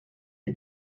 the